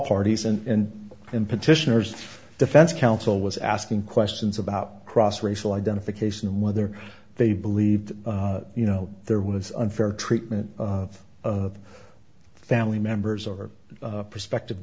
parties and then petitioners defense counsel was asking questions about cross racial identification and whether they believe you know there was unfair treatment of family members or prospective